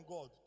God